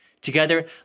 Together